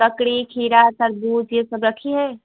ककड़ी खीर तरबूज ये सब रखी हैं